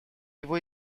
его